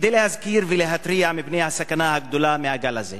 כדי להזכיר ולהתריע מפני הסכנה הגדולה מהגל הזה.